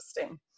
interesting